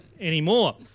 anymore